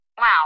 Wow